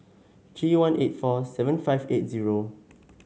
three one eight four seven five eight zero